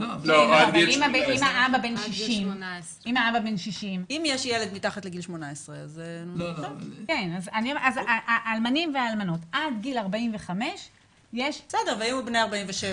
18. האלמנים והאלמנות עד גיל 45 יש 5,000. ואם הוא בן 47?